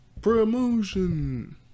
Promotion